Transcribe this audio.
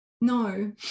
no